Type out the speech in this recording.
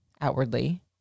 Outwardly